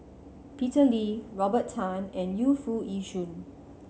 Peter Lee Robert Tan and Yu Foo Yee Shoon